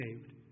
saved